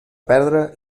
perdre